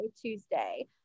Tuesday